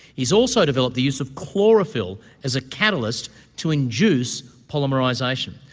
he has also developed the use of chlorophyll as a catalyst to induce polymerisation.